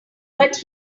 but